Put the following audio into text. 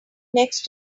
next